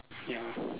ya